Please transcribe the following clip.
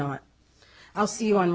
not i'll see you on